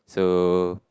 so